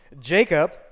Jacob